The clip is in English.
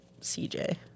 CJ